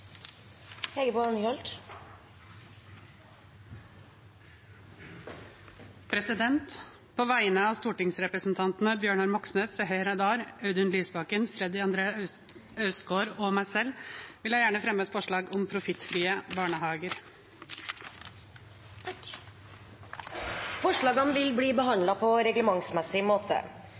På vegne av stortingsrepresentantene Bjørnar Moxnes, Seher Aydar, Audun Lysbakken, Freddy André Øvstegård og meg selv vil jeg gjerne fremme et forslag om profittfrie barnehager. Forslagene vil bli behandlet på reglementsmessig måte.